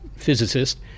Physicist